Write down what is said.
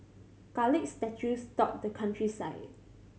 garlic statues dot the countryside